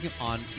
on